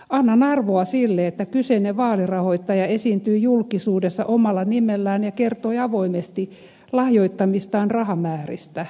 annan arvoa sille että kyseinen vaalirahoittaja esiintyi julkisuudessa omalla nimellään ja kertoi avoimesti lahjoittamistaan rahamääristä